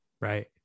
Right